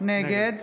נגד